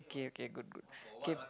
okay okay good good okay